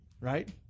right